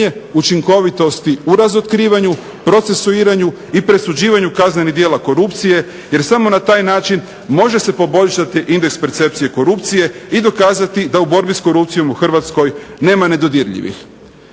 učinkovitosti u razotkrivanju, procesuiranju i presuđivanju kaznenih djela korupcije jer samo na taj način može se poboljšati indeks percepcije korupcije i dokazati da u borbi s korupcijom u Hrvatskoj nema nedodirljivih.